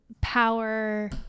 power